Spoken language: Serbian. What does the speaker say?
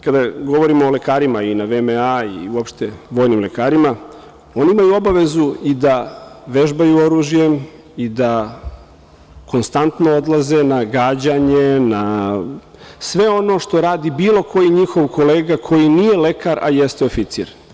Kada govorimo o lekarima, na VMA i uopšte o vojnim lekarima, oni imaju obavezu i da vežbaju oružjem i da konstantno odlaze na gađanje, na sve ono što radi bilo koji njihov kolega koji nije lekar a jeste oficir.